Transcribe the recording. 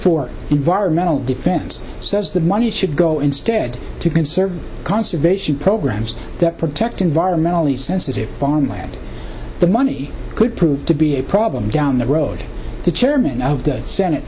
for environmental defense says the money should go instead to conserve conservation programs that protect environmentally sensitive farmland the money could prove to be a problem down the road the chairman of the senate